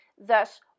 thus